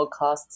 podcasts